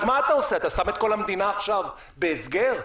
אז מה אתה עושה, אתה שם את כל המדינה בהסגר עכשיו?